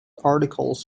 articles